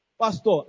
Pastor